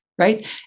right